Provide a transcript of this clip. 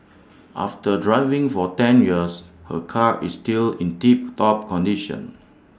after driving for ten years her car is still in tip top condition